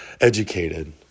educated